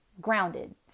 grounded